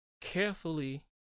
carefully